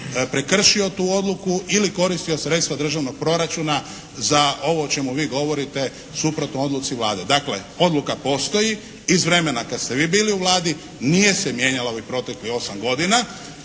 prekršio tu odluku ili koristio sredstva državnog proračuna za ovo o čemu vi govorite suprotno odluci Vlade. Dakle, odluka postoji, iz vremena kada ste vi bili u Vladi, nije se mijenjala ovih proteklih osam godina.